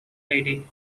lady